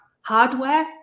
hardware